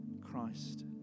Christ